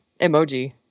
emoji